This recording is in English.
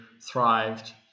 thrived